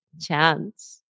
chance